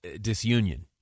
disunion